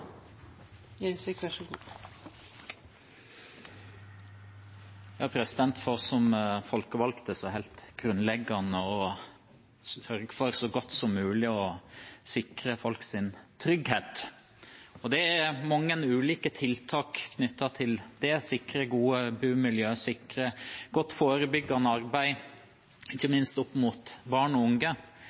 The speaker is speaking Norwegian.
helt grunnleggende å sørge for å sikre folks trygghet så godt som mulig. Det er mange ulike tiltak knyttet til det – sikre gode bomiljø og sikre godt forebyggende arbeid, ikke minst opp mot barn og unge.